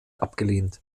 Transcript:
abgelehnt